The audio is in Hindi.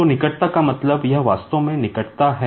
तो निकटता का मतलब है यह वास्तव में निकटता है